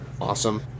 awesome